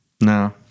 No